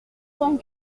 cent